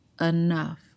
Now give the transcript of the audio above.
enough